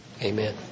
Amen